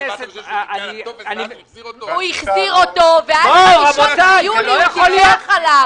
הוא החזיר אותו ואז ב-1 ביולי הוא דיווח עליו.